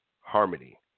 harmony